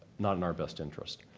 not in our best interest.